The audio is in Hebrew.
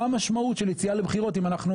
מה המשמעות של יציאה לבחירות אם אנחנו